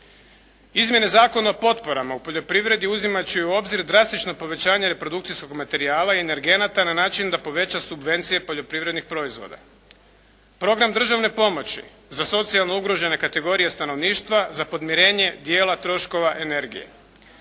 Izmjene Zakona o potporama u poljoprivredi uzimati će i u obzir drastično povećanje reprodukcijskog materijala i energenata na način da poveća subvencije poljoprivrednih proizvoda. Program državne pomoći za socijalno ugrožene kategorije stanovništva za podmirenje dijela troškova energije.